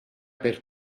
per